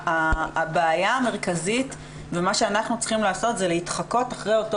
מה שאנחנו צריכים לעשות זה להתחקות אחרי אותו